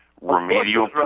remedial